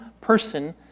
person